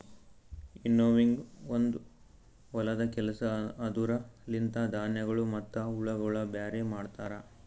winnowing ಒಂದು ಹೊಲದ ಕೆಲಸ ಅದುರ ಲಿಂತ ಧಾನ್ಯಗಳು ಮತ್ತ ಹುಳಗೊಳ ಬ್ಯಾರೆ ಮಾಡ್ತರ